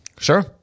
Sure